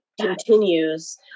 continues